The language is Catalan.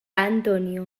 antonio